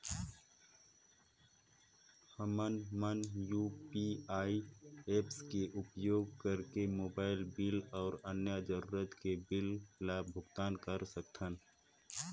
हमन मन UPI apps के उपयोग करिके मोबाइल बिल अऊ अन्य जरूरत के बिल ल भुगतान कर सकथन